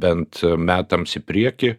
bent metams į priekį